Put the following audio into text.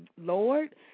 Lord